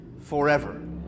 forever